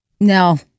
No